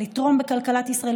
לתרום לכלכלת ישראל,